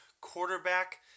quarterback